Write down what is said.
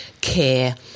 care